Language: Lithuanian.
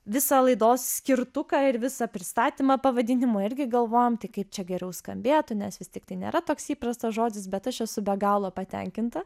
visą laidos skirtuką ir visą pristatymą pavadinimą irgi galvojom tik kaip čia geriau skambėtų nes vis tiktai nėra toks įprastas žodis bet aš esu be galo patenkinta